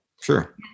Sure